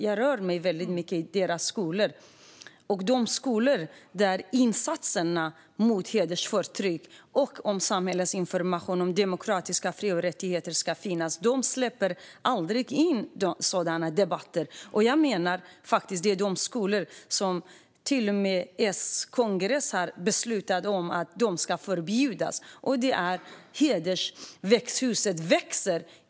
Jag rör mig mycket i skolor, men de skolor där insatser mot hedersförtryck och samhällets information om demokratiska fri och rättigheter ska finnas släpper aldrig in sådana debatter. Jag menar de skolor som till och med S:s kongress har beslutat ska förbjudas. De är hedersväxthus.